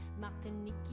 Martinique